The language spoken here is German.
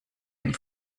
dem